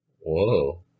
Whoa